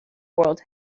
world